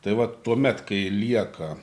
tai vat tuomet kai lieka